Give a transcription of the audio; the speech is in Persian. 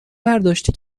برداشتی